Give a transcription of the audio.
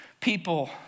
People